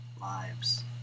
lives